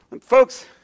Folks